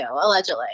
allegedly